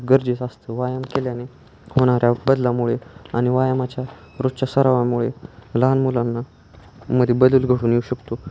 गरजेचं असतं व्यायाम केल्याने होणाऱ्या बदलामुळे आणि व्यायामाच्या रोजच्या सरावामुळे लहान मुलांना मध्ये बदल घडून येऊ शकतो